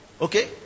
Okay